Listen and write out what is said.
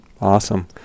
Awesome